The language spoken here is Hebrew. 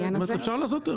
אפשר לעשות.